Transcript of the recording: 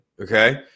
okay